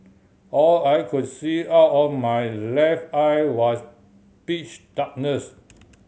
all I could see out of my left eye was pitch darkness